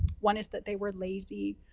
one is that they were lazy.